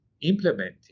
Implementing